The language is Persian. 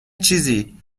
چیزی